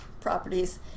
properties